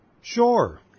Sure